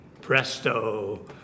Presto